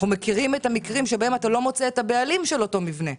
אנחנו מכירים את המקרים שבהם אתה לא מוצא את הבעלים של אותו מבנה.